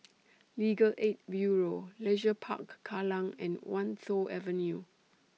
Legal Aid Bureau Leisure Park Kallang and Wan Tho Avenue